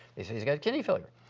they'd say, he's got kidney failure.